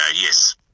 yes